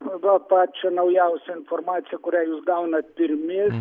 pagal pačią naujausią informaciją kurią jūs gaunat pirmi